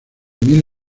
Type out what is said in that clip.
mil